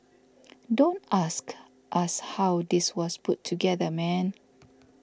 don't ask us how this was put together man